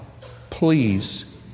please